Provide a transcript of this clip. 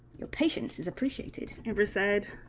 patience is appreciated in percent